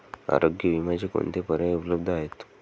आरोग्य विम्याचे कोणते पर्याय उपलब्ध आहेत?